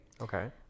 okay